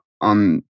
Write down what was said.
on